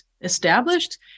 established